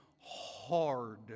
hard